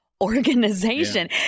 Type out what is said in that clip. organization